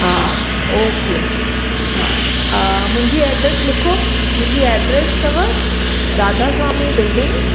हा ओके हा मुंहिंजी एड्रेस लिखो मुंहिंजी एड्रेस अथव राधा स्वामी बिल्डिंग